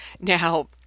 Now